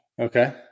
Okay